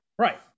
right